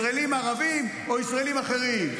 ישראלים ערבים או ישראלים אחרים.